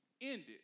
ended